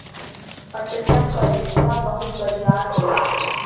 पटसन क रेसा बहुत बरियार होला